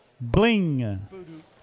Bling